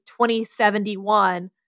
2071